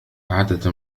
عادة